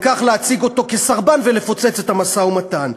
וכך להציג אותו כסרבן ולפוצץ את המשא-ומתן.